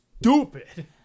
Stupid